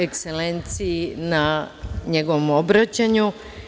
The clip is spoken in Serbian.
Ekselenciji na njegovom obraćanju.